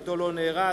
ביתו לא נהרס.